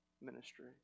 ministry